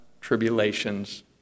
tribulations